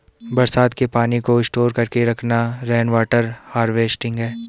बरसात के पानी को स्टोर करके रखना रेनवॉटर हारवेस्टिंग है